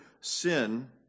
sin